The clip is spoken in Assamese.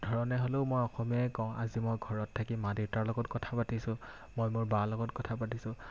ধৰণে হ'লেও মই অসমীয়াই কওঁ আজি মই ঘৰত থাকি মা দেউতাৰ লগত কথা পাতিছোঁ মই মোৰ বাৰ লগত কথা পাতিছোঁ